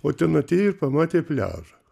o ten atėjo ir pamatė pliažą